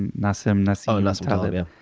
and nassim nassim and so taleb. yeah